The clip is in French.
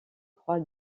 croix